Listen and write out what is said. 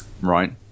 Right